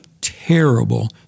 terrible